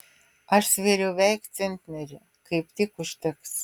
aš svėriau veik centnerį kaip tik užteks